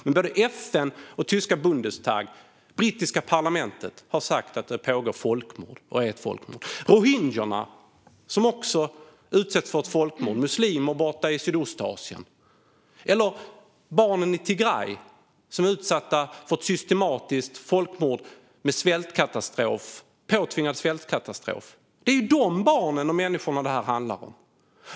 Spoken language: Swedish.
Men FN, tyska Bundestag och det brittiska parlamentet har sagt att det är ett folkmord. Rohingyerna, som är muslimer borta i Sydostasien, utsätts också för ett folkmord. Barnen i Tigray är utsatta för ett systematiskt folkmord med påtvingad svältkatastrof. Det är ju de barnen och människorna det här handlar om.